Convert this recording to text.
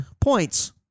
points